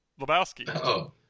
Lebowski